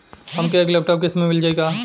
हमके एक लैपटॉप किस्त मे मिल जाई का?